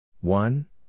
one